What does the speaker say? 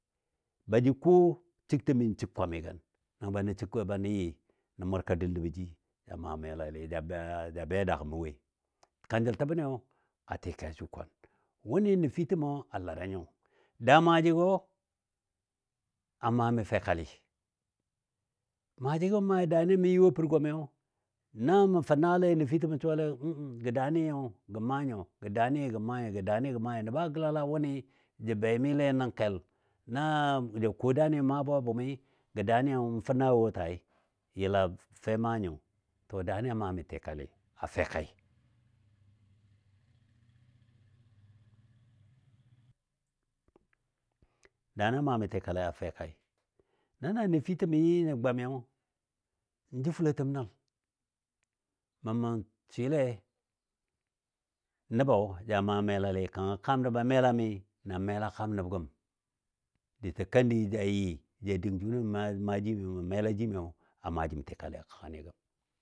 bajə ko shəktəm mɨ n shək kwamɨgən nəngo ba nən yɨ nən mʊrka dul təbɔ ji ja maa melalɨ, ja ja bɛ a daagɔ mə woi. Kanjəltəbnɨ. tikai a suwa kwan wunɨ nəfitəmɔ a lada nyo daa maajigɔ a maa mi fekali, maajigɔ mə maai daagɔ mə yɨ wo pər gwamiyo na mə fə naa lɛi nəfitəmɔ suwalegɔ n n gɔ danɨ gən maa nyɔ gə daanɨ gən maa nyɔ, gə daanɨ gən maa nyɔ. nəba gəlala wʊni ja be mile nən kel na ja ko daani mə maabɔ a bʊmi, gə daani n fə naa wo tai fe maa nyɔ, to daani a maa mi tikali a fɛkai, daani a maa mi tikali a fɛkaɨ. Na na nəfitəmə yɨ yɨ nyɔ gwami n jə fulotəm nəl. Mə ma swɨle nəbɔ a maa melali kanga kaam nəb a melami nan mela kaam nəb gəm diso kandi ja yɨ ja dəng jʊni mə maa jim mə mela jimiyo a maa jim tikali a kəga ni gəm